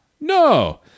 No